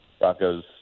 Rocco's